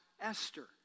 Esther